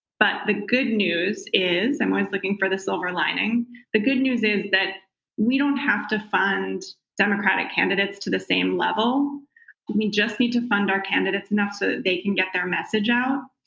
but the good news is i'm i'm looking for the silver lining the good news is that we don't have to fund democratic candidates to the same level. we just need to fund our candidates enough so that they can get their message out,